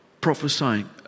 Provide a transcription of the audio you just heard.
prophesying